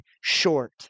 short